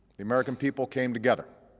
the american people came together.